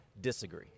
Disagree